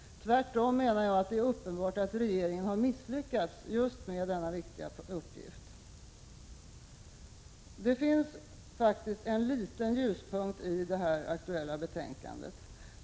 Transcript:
Tvärtom är det uppenbart att regeringen har misslyckats med just denna viktiga uppgift. En liten ljuspunkt finns faktiskt i det aktuella betänkandet.